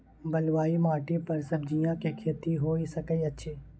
बलुआही माटी पर सब्जियां के खेती होय सकै अछि?